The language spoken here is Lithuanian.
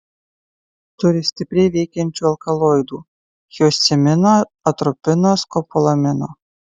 turi stipriai veikiančių alkaloidų hiosciamino atropino skopolamino